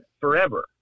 forever